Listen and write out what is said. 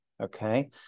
okay